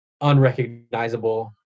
unrecognizable